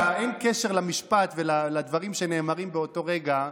אין קשר למשפט ולדברים שנאמרים באותו רגע,